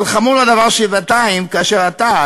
אבל חמור הדבר שבעתיים כאשר אתה,